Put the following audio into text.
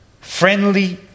friendly